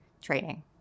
training